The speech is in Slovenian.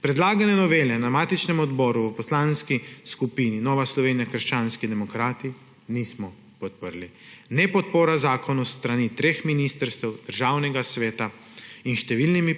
Predlagane novele na matičnem odboru v Poslanski skupini Nova Slovenija – krščanski demokrati nismo podprli. Nepodpora zakonu s strani treh ministrstev, Državnega sveta in številni